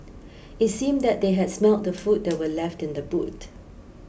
it seemed that they had smelt the food that were left in the boot